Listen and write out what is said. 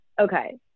Okay